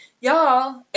Y'all